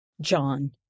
John